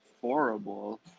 horrible